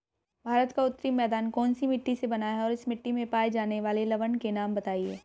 भारत का उत्तरी मैदान कौनसी मिट्टी से बना है और इस मिट्टी में पाए जाने वाले लवण के नाम बताइए?